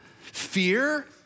Fear